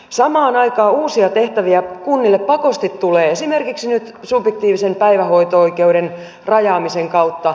samaan aikaan uusia tehtäviä kunnille pakosti tulee esimerkiksi nyt subjektiivisen päivähoito oikeuden rajaamisen kautta